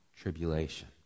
tribulation